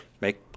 make